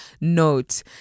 note